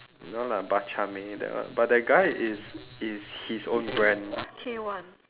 ya lah that one but that guy is it's his own brand